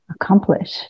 accomplish